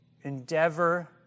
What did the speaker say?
Endeavor